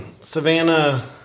Savannah